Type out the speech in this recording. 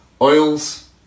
oils